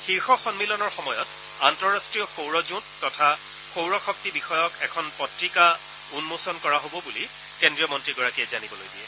শীৰ্ষ সন্মিলনৰ সময়ত আন্তঃৰাষ্ট্ৰীয় সৌৰজোঁট তথা সৌৰশক্তি বিষয়ক এখন পত্ৰিকা উন্মোচন কৰা হ'ব বুলি কেড্ৰীয় মন্ত্ৰীগৰাকীয়ে জানিবলৈ দিয়ে